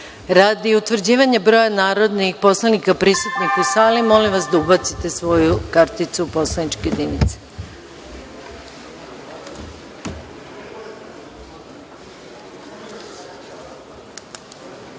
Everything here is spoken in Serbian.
utvrđivanja broja narodnih poslanika prisutnih u sali, molim vas da ubacite svoje kartice u poslaničke